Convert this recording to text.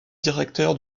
directeur